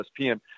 ESPN